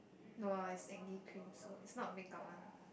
no lah is acne cream so it's not makeup one